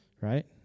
right